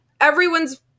everyone's –